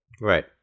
Right